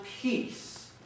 peace